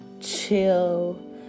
chill